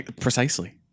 Precisely